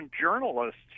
journalists